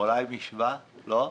אולי משב"א, לא?